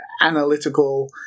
analytical